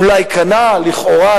אולי קנה, לכאורה.